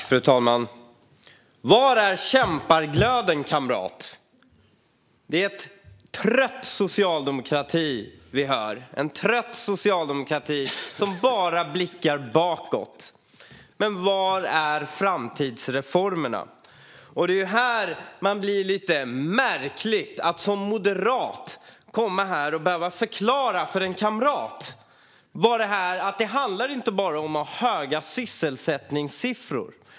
Fru talman! Var är kämpaglöden, kamrat? Det är en trött socialdemokrati som vi hör, en trött socialdemokrati som bara blickar bakåt. Men var är framtidsreformerna? Det är lite märkligt att man som moderat ska behöva komma hit och förklara för en kamrat att det inte bara handlar om höga sysselsättningssiffror.